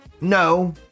no